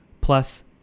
plus